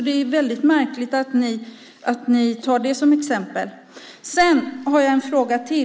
Det är väldigt märkligt att ni tar det som exempel.